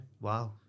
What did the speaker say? Wow